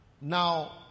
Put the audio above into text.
Now